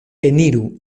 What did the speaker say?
eniru